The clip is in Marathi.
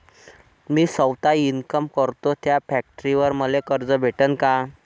मी सौता इनकाम करतो थ्या फॅक्टरीवर मले कर्ज भेटन का?